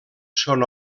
són